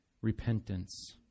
repentance